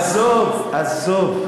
עזוב, עזוב.